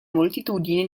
moltitudine